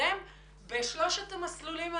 להתקדם בשלושת המסלולים האלה.